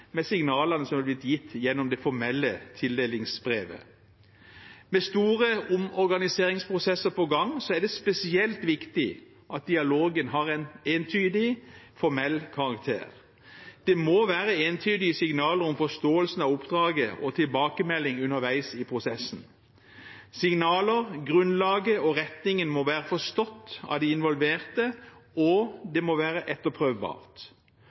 med signalene som er blitt gitt gjennom det formelle tildelingsbrevet. Med store omorganiseringsprosesser på gang er det spesielt viktig at dialogen har en entydig formell karakter. Det må være entydige signaler om forståelsen av oppdraget og tilbakemeldinger underveis i prosessen. Signalene, grunnlaget og retningen må være forstått av de involverte, og det må være etterprøvbart.